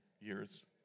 years